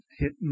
hit